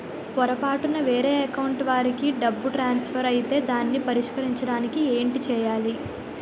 పొరపాటున వేరే అకౌంట్ వాలికి డబ్బు ట్రాన్సఫర్ ఐతే దానిని పరిష్కరించడానికి ఏంటి చేయాలి?